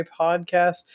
podcast